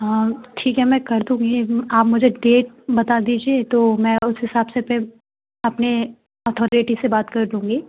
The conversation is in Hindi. हाँ ठीक है मैं कर दूँगी आप मुझे डेट बता दीजिए तो मैं उस हिसाब से फिर अपने अथोरिटी से बात कर लूँगी